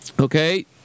Okay